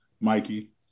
Mikey